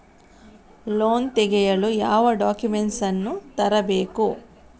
Loan ತೆಗೆಯಲು ಯಾವ documents ಅನ್ನು ತರಬೇಕು?